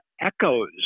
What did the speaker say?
echoes